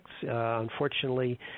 Unfortunately